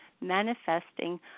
manifesting